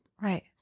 Right